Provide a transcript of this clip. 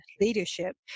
leadership